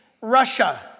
Russia